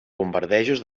bombardejos